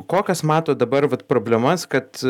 kokias matot dabar vat problemas kad